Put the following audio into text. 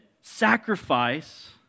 sacrifice